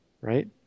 right